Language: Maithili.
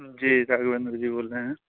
जी राघबेन्द्र जी बोल रहै हैं